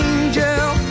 Angel